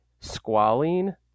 squalene